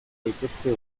daitezke